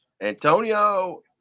Antonio